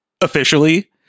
officially